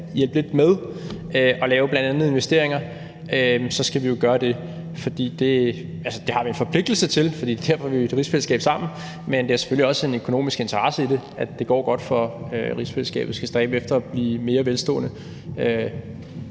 hjælpe lidt med og lave bl.a. investeringer, skal vi jo gøre det, fordi vi har en forpligtelse til det. For det er derfor, vi er i et rigsfællesskab sammen, men der er selvfølgelig også en økonomisk interesse i, at det går godt for rigsfællesskabet, og vi skal stræbe efter at blive mere velstående,